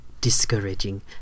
discouraging